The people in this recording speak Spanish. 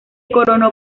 coronó